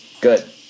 good